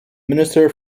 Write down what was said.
minister